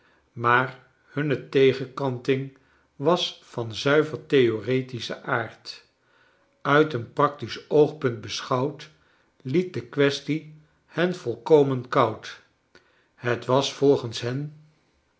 maar hunne tegenkanting was van zuiver theoretischen aarcl uit een practisch oogpunt beschouwd liet de kwestie hen volkomen koud het was volgens hen